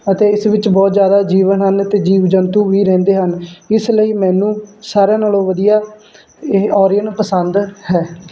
ਅਤੇ ਇਸ ਵਿੱਚ ਬਹੁਤ ਜ਼ਿਆਦਾ ਜੀਵਨ ਹਨ ਅਤੇ ਜੀਵ ਜੰਤੂ ਵੀ ਰਹਿੰਦੇ ਹਨ ਇਸ ਲਈ ਮੈਨੂੰ ਸਾਰਿਆਂ ਨਾਲੋਂ ਵਧੀਆ ਇਹ ਓਰੀਅਨ ਪਸੰਦ ਹੈ